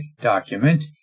document